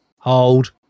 hold